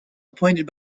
appointed